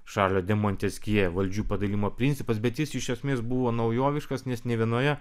šarlio de monteskjė valdžių padalijimo principas bet jis iš esmės buvo naujoviškas nes nė vienoje